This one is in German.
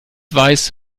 weiß